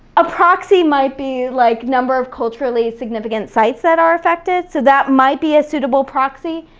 a proxy might be like number of culturally significant sites that are affected, so that might be a suitable proxy.